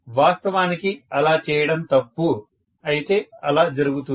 వాస్తవానికి అలా ఉంచడం తప్పు అయితే అలా జరుగుతుంది